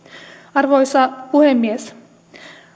arvoisa puhemies